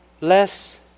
less